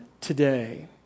today